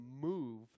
move